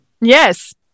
yes